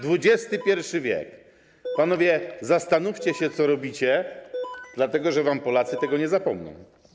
XXI w. Panowie, zastanówcie się, co robicie, dlatego że wam Polacy tego nie zapomną.